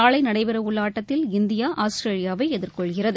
நாளைநடைபெறவுள்ளஆட்டத்தில் India ஆஸ்திரேலியாவைஎதிர்கொள்கிறது